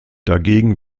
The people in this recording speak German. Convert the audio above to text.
dagegen